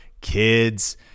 kids